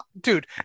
dude